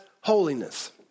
holiness